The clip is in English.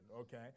okay